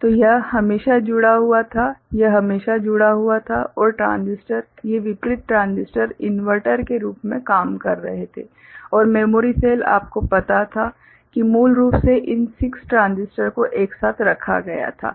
तो यह हमेशा जुड़ा हुआ था यह हमेशा जुड़ा हुआ था और ट्रांजिस्टर ये विपरीत ट्रांजिस्टर इन्वर्टर के रूप में काम कर रहे थे और मेमोरी सेल आपको पता था कि मूल रूप से इन 6 ट्रांजिस्टर को एक साथ रखा गया था